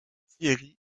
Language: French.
thiéry